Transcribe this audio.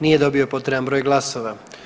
Nije dobio potreban broj glasova.